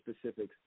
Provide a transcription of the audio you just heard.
specifics